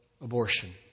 abortion